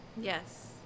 yes